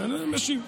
אני משיב.